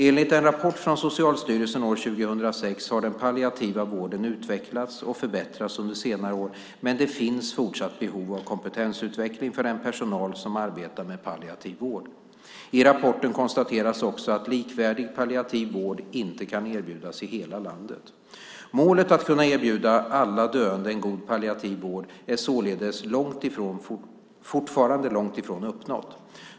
Enligt en rapport från Socialstyrelsen år 2006 har den palliativa vården utvecklats och förbättrats under senare år, men det finns fortsatt behov av kompetensutveckling för den personal som arbetar med palliativ vård. I rapporten konstateras också att likvärdig palliativ vård inte kan erbjudas i hela landet. Målet att kunna erbjuda alla döende en god palliativ vård är således fortfarande långt ifrån uppnått.